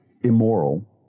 immoral